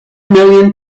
million